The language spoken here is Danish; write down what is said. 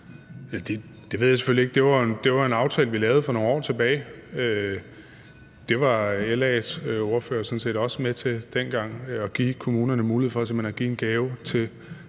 Det var en aftale, vi lavede for nogle år tilbage. Det var LA's ordfører sådan set også med til dengang, altså at give kommunerne mulighed for simpelt hen at give en gave til